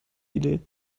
idee